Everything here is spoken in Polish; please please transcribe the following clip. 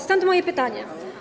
Stąd moje pytanie.